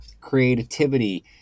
creativity